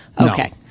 Okay